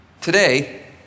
Today